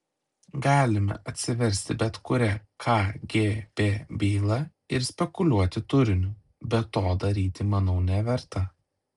galime atsiversti bet kurią kgb bylą ir spekuliuoti turiniu bet to daryti manau neverta